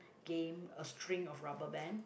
game a string of rubber band